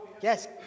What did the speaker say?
Yes